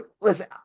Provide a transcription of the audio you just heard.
listen